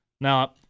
now